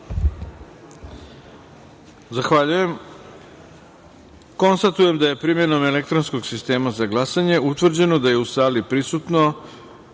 jedinice. Konstatujem da je primenom elektronskog sistema za glasanje utvrđeno da je u sali prisutno